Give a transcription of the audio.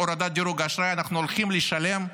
הורדת דירוג האשראי אנחנו הולכים לשלם,